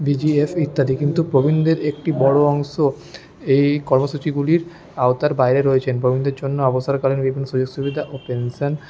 BGS ইত্যাদি কিন্তু প্রবীণদের একটি বড়ো অংশ এই কর্মসূচিগুলির আওতার বাইরে রয়েছেন প্রবীণদের জন্য অবসরকালীন বিভিন্ন সুযোগ সুবিধা ও পেনশন